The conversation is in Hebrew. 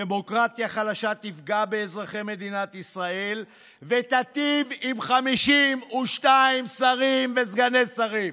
דמוקרטיה חלשה תפגע באזרחי מדינת ישראל ותיטיב עם 52 שרים וסגני שרים.